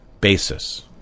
basis